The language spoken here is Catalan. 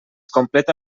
completa